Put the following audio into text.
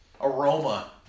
aroma